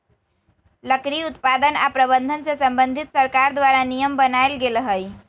लकड़ी उत्पादन आऽ प्रबंधन से संबंधित सरकार द्वारा नियम बनाएल गेल हइ